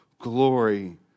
glory